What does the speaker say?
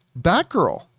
Batgirl